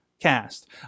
cast